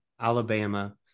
Alabama